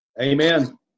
Amen